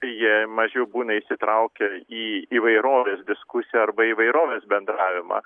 jie mažiau būna įsitraukę į įvairovės diskusiją arba įvairovės bendravimą